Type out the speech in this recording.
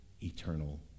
eternal